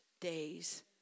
days